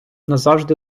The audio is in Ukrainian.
назавжди